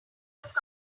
look